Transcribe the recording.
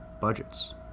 budgets